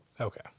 Okay